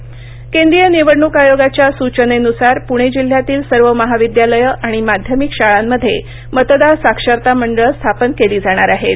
voice cast मतदारः केंद्रीय निवडणूक आयोगाच्या सूचनेनुसार पुणे जिल्ह्यातील सर्व महाविद्यालयं आणि माध्यमिक शाळांमध्ये मतदार साक्षरता मंडळ स्थापन केली जाणार आहेत